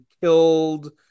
killed